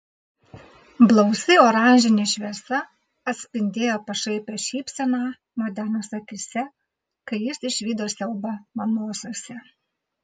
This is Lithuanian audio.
blausi oranžinė šviesa atspindėjo pašaipią šypseną modenos akyse kai jis išvydo siaubą manosiose